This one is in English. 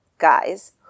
guys